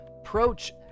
Approach